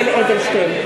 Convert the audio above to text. אכזרים הם, אכזרים.